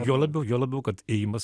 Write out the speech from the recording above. juo labiau juo labiau kad ėjimas